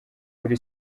kuri